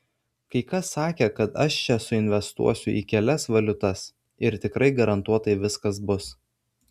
kai kas sakė kad aš čia suinvestuosiu į kelias valiutas ir tikrai garantuotai viskas bus